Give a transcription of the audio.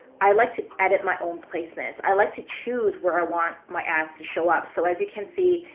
i like to edit my own placements. i like to choose where i want my ads to show up. so as you can see,